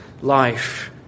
life